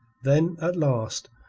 then, at last,